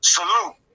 Salute